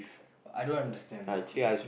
I don't understand though